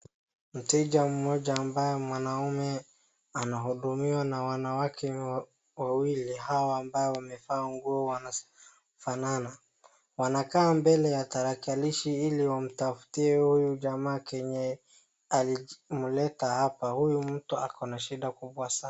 Mteja mmoja ambaye mwanaume anahudumiwa na wanawake wawili, hawa ambazo wamevaa nguo wanafanana. Wanakaa mbele ya tarakilishi ili wamtafutie huyu jamaa kenye ilimleta hapa. Huyu mtu ako na shida kubwa sana.